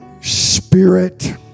spirit